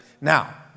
Now